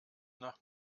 nach